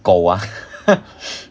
狗 ah